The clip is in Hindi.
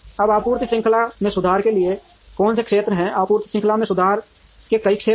अब आपूर्ति श्रृंखला में सुधार के लिए कौन से क्षेत्र हैं आपूर्ति श्रृंखला में सुधार के कई क्षेत्र हैं